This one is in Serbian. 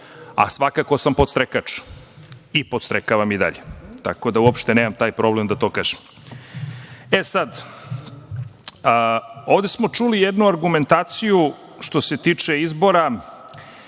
a svakako sam podstrekač i podstrekavam i dalje. Tako da uopšte nemam taj problem da to kažem. Sad, ovde smo čuli jednu argumentaciju što se tiče izbora,